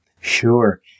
Sure